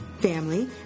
Family